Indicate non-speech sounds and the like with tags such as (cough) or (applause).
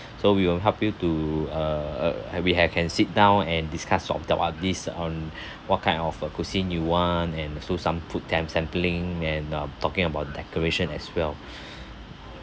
so we will help you to uh uh and we can sit down and discuss of the all this on (breath) what kind of uh cuisine you want and do some food tem~ sampling and uh talking about decoration as well